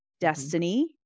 destiny